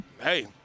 hey